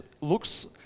looks